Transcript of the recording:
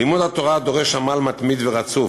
לימוד התורה דורש עמל מתמיד ורצוף.